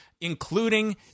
including